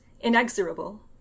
inexorable